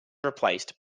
replaced